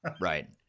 Right